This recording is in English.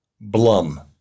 Blum